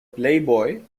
playboy